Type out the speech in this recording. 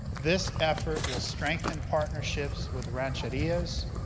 this effort will strengthen partnerships with rancherias,